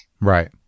Right